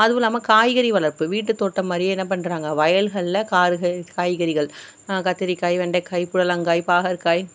அதுவும் இல்லாமல் காய்கறி வளர்ப்பு வீட்டுத் தோட்டம் மாதிரியே என்ன பண்ணுறாங்க வயல்களில் காறுகை காய்கறிகள் கத்திரிக்காய் வெண்டைக்காய் புடலங்காய் பாகற்காய்